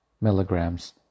milligrams